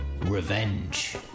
Revenge